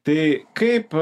tai kaip